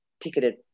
ticketed